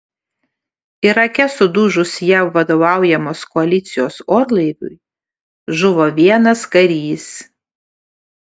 irake sudužus jav vadovaujamos koalicijos orlaiviui žuvo vienas karys